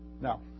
Now